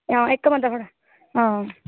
आं इक्क बदे दा थुआढ़ा आं